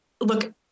look